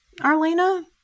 Arlena